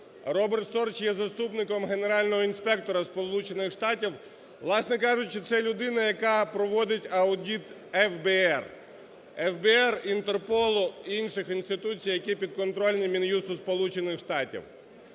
Роберт Сторч є заступником генерального інспектора Сполучених Штатів. Власне кажучи, це людина, яка проводить аудит ФБР, ФБР, Інтерполу, інших інституцій, які підконтрольні Мін'юсту